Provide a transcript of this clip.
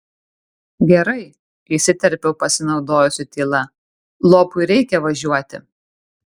gerai įsiterpiau pasinaudojusi tyla lopui reikia važiuoti